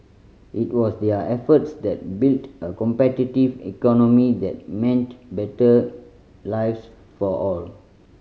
it was their efforts that built a competitive economy that meant better lives for all